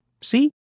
See